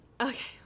okay